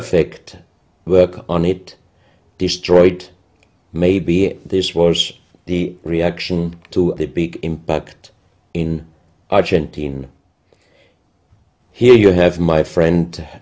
work on it destroyed maybe this was the reaction to the big impact in argentina here you have my friend